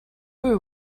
you